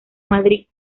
madrid